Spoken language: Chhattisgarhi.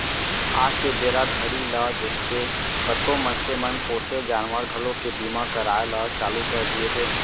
आज के बेरा घड़ी ल देखके कतको मनसे मन पोसे जानवर घलोक के बीमा कराय ल चालू कर दिये हें